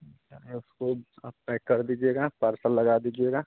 अच्छा उसको आप पैक कर दीजिएगा पार्सल लगा दीजिएगा